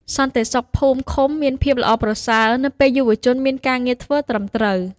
សន្តិសុខភូមិឃុំមានភាពល្អប្រសើរនៅពេលយុវជនមានការងារធ្វើត្រឹមត្រូវ។